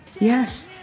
yes